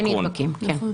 עדיין נדבקים, כן.